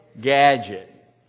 Gadget